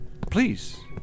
Please